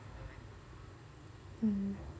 mm